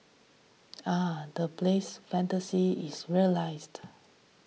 ah the place fantasy is realised